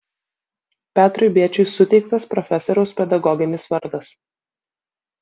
petrui bėčiui suteiktas profesoriaus pedagoginis vardas